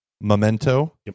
Memento